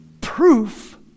proof